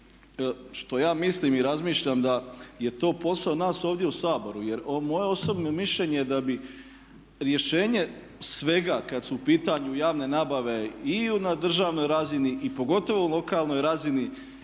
što ja mislim i razmišljam da je to posao nas ovdje u Saboru jer moje osobno mišljenje je da bi rješenje svega kad su u pitanju javne nabave i na državnoj razini i pogotovo lokalnoj razini